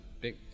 big